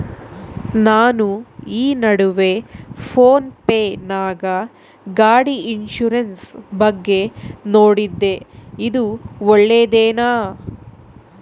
ನಾನು ಈ ನಡುವೆ ಫೋನ್ ಪೇ ನಾಗ ಗಾಡಿ ಇನ್ಸುರೆನ್ಸ್ ಬಗ್ಗೆ ನೋಡಿದ್ದೇ ಇದು ಒಳ್ಳೇದೇನಾ?